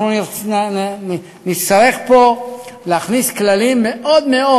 אנחנו נצטרך פה להכניס כללים מאוד מאוד